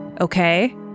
Okay